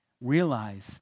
realize